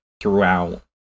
throughout